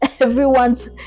everyone's